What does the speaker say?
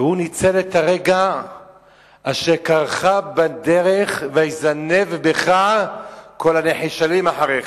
והוא ניצל את הרגע "אשר קרך בדרך ויזנב בך כל הנחשלים אחריך".